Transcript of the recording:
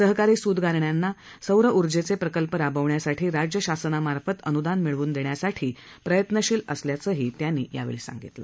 सहकारी सुतगिरण्यांना सौरऊर्जेचे प्रकल्प राबवण्यासाठी राज्य शासनामार्फत अनुदान मिळवून देण्यासाठी प्रयत्नशील असल्याचंही त्यांनी सांगितलं